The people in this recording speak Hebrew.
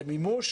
למימוש,